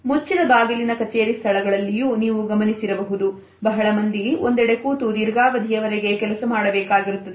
ಮುಚ್ಚಿದ ಬಾಗಿಲಿನ ಕಚೇರಿ ಸ್ಥಳಗಳಲ್ಲಿಯೂ ನೀವು ಗಮನಿಸಿರಬಹುದು ಬಹಳ ಮಂದಿ ಒಂದೆಡೆ ಕೂತು ದೀರ್ಘಾವಧಿಯ ವರೆಗೆ ಕೆಲಸ ಮಾಡಬೇಕಾಗಿರುತ್ತದೆ